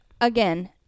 again